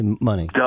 money